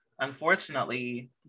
Unfortunately